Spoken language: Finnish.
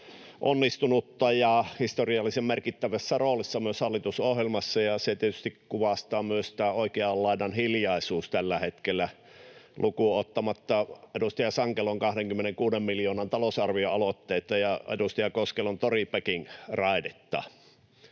onnistunutta ja historiallisen merkittävässä roolissa myös hallitusohjelmassa, ja sitä tietysti kuvastaa myös tämä oikean laidan hiljaisuus tällä hetkellä, lukuun ottamatta edustaja Sankelon 26 miljoonan talousarvioaloitteita ja edustaja Koskelan Pori—Peking-raidetta.